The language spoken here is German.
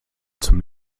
zum